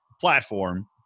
platform